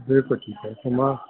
बिल्कुलु ठीकु आहे त मां